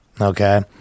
Okay